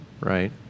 right